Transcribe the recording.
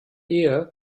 ehe